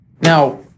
Now